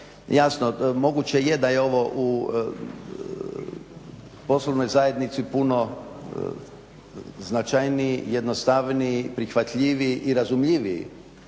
Jasno, moguće je da je ovo u poslovnoj zajednici puno značajniji, jednostavniji, prihvatljiviji i razumljiviji